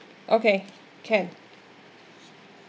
okay can